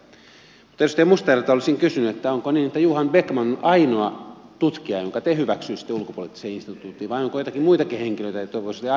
edustaja mustajärveltä olisin kysynyt onko niin että johan bäckman on ainoa tutkija jonka te hyväksyisitte ulkopoliittiseen instituuttiin vai onko joitakin muitakin henkilöitä joita te voisitte ajatella